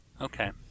Okay